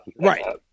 Right